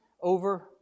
over